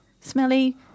smelly